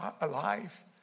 alive